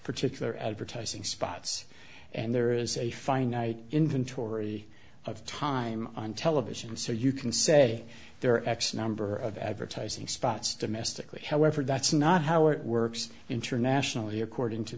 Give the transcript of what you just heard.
particular advertising spots and there is a finite inventory of time on television so you can say there are x number of advertising spots domestically however that's not how it works internationally according to